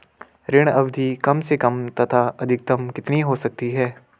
ऋण अवधि कम से कम तथा अधिकतम कितनी हो सकती है?